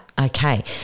okay